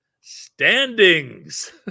standings